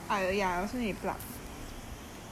we need plug right you also need plug [one] right